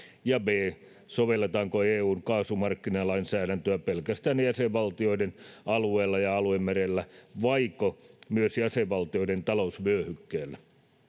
ja b sovelletaanko eun kaasumarkkinalainsäädäntöä pelkästään jäsenvaltioiden alueella ja aluemerellä vaiko myös jäsenvaltioiden talousvyöhykkeellä